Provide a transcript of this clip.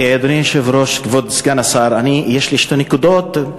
אדוני היושב-ראש, כבוד סגן השר, יש לי שתי נקודות.